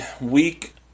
week